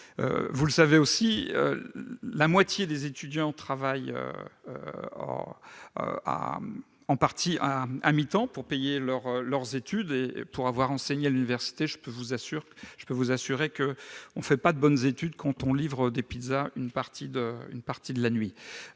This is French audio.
Vous le savez aussi, la moitié des étudiants travaillent à mi-temps pour payer leurs études. Pour avoir enseigné à l'université, je peux vous assurer que l'on ne peut pas faire de bonnes études quand on livre des pizzas une partie de la nuit.